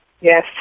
Yes